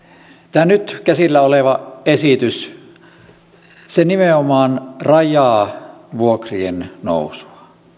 tämä nyt käsillä oleva esitys nimenomaan rajaa vuokrien nousua